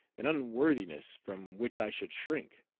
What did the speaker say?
an unworthiness from which i should shrink.